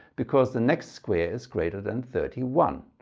because the next square is greater than thirty one.